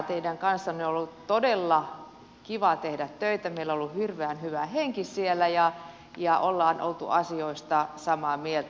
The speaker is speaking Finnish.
teidän kanssanne on ollut todella kiva tehdä töitä meillä on ollut hirveän hyvä henki siellä ja ollaan oltu asioista samaa mieltä